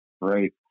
Right